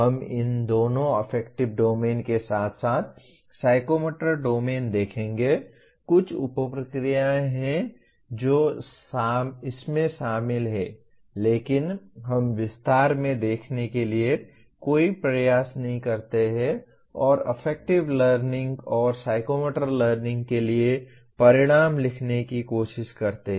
हम इन दोनों अफेक्टिव डोमेन के साथ साथ साइकोमोटर डोमेन देखेंगे कुछ उप प्रक्रियाएं जो इसमें शामिल हैं लेकिन हम विस्तार में देखने के लिए कोई प्रयास नहीं करते हैं और अफेक्टिव लर्निंग और साइकोमोटर लर्निंग के लिए परिणाम लिखने की कोशिश करते हैं